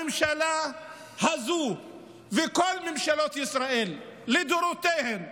הממשלה הזאת, כל ממשלות ישראל לדורותיהן,